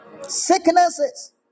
sicknesses